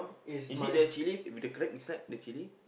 is it the chilli with the crab inside the chilli